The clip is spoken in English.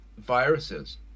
Viruses